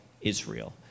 Israel